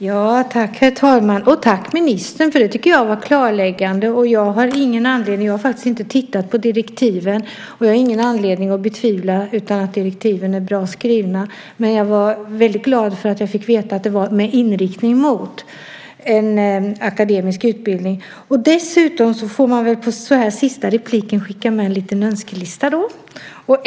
Herr talman! Tack, ministern! Det tycker jag var klarläggande. Jag har ingen anledning att betvivla att direktiven är bra skrivna - jag har faktiskt inte tittat på dem - men jag blev väldigt glad över att få veta att de var med inriktning mot akademisk utbildning. Så här i sista inlägget får man väl dessutom skicka med en liten önskelista.